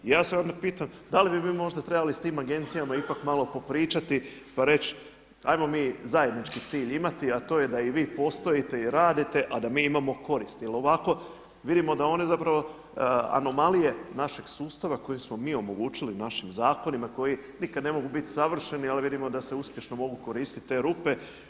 I ja se onda pitam da li bi mi možda trebali s tim agencijama ipak malo popričati pa reći, hajmo mi zajednički cilj imati a to je da i vi postojite i radite a da mi imamo koristi jel ovako vidimo da one zapravo anomalije našeg sustava koji smo mi omogućili našim zakonima koji nikada ne mogu biti savršeni ali vidimo da se uspješno mogu koristiti te rupe.